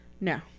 no